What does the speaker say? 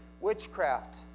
witchcraft